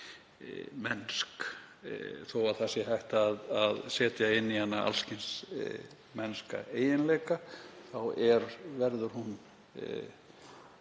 mennsk. Þó að hægt sé að setja inn í hana alls kyns mennska eiginleika þá verður hún